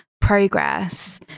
progress